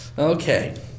Okay